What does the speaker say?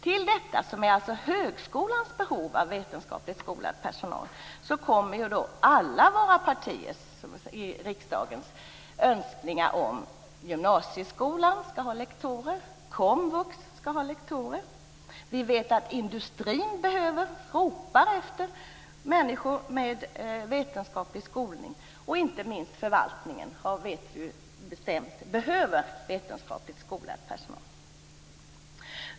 Till detta, som alltså är högskolans behov av vetenskapligt skolad personal, kommer alla riksdagspartiers önskningar om att gymnasieskolan skall ha lektorer och att komvux skall ha lektorer. Vi vet att industrin ropar efter människor med vetenskaplig skolning. Inte minst förvaltningen vet vi bestämt behöver vetenskapligt skolad personal.